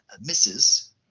misses